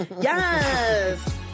Yes